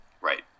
Right